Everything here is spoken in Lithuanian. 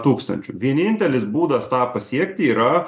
tūkstančių vienintelis būdas tą pasiekti yra